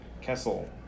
Kessel